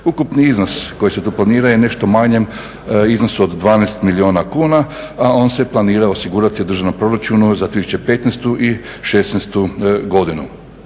Ukupni iznos koji se tu … je u nešto manjem iznosu od 12 milijuna kuna, a on se planira osigurati u državnom proračunu za 2015. i '16. godinu.